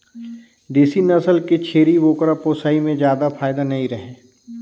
देसी नसल के छेरी बोकरा पोसई में जादा फायदा नइ रहें